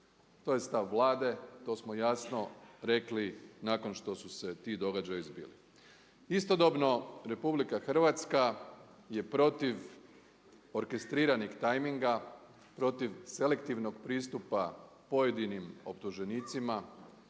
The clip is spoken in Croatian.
To je stav Vlade, to smo jasno rekli nakon što su se ti događaji zbili. Istodobno RH je protiv orkestriranih tajminga, protiv selektivnog pristupa pojedinim optuženicima